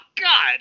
God